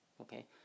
Okay